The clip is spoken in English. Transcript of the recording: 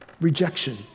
rejection